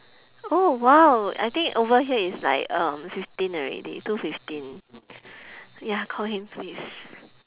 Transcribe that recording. oh !wow! I think over here is like um fifteen already two fifteen ya call him please